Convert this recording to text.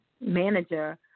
manager